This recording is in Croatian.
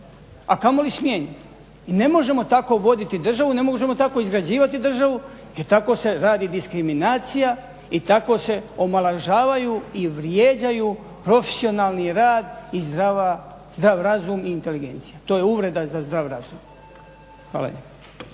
a kamoli smijenjen i ne možemo tako voditi državu, ne možemo tako izgrađivati državu jer tako se radi diskriminacija i tako se omalovažavaju i vrijeđaju profesionalni rad i zdrav razum i inteligencija. To je uvreda za zdrav razum. Hvala.